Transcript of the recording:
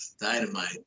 Dynamite